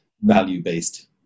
value-based